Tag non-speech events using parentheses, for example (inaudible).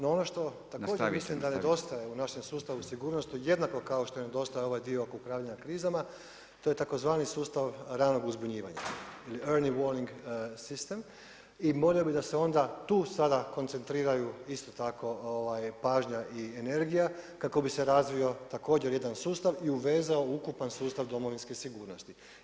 No ono što također ne mislim da nedostaje u našem sustavu sigurnosti, jedno kao što nedostaje ovaj dio oko upravljanje krizama, to je tzv. sustav ranog uzbunjivanja ili … (unintelligible) i molio bi onda da se onda tu sada koncentriraju isto tako pažnja i energija, kako bi se razvio također jedan sustav i uvezao u ukupan sustav domovinske sigurnosti.